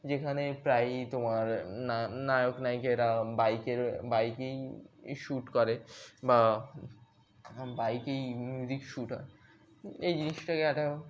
যেখানে প্রায়ই তোমার না নায়ক নায়িকারা বাইকের বাইকেই শ্যুট করে বা বাইকেই মিউজিক শ্যুট হয় এই জিনিসটাকে একটা